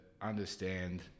understand